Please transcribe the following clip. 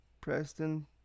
Preston